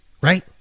Right